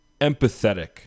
empathetic